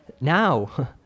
now